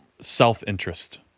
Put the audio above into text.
self-interest